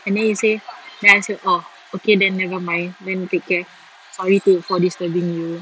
and then he said then I said oh okay then nevermind then you take care sorry to for disturbing you